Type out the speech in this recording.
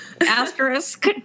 asterisk